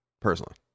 personally